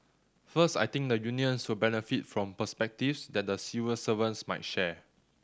first I think the unions will benefit from perspectives that the civil servants might share